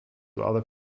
other